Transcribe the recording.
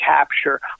capture